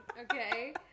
okay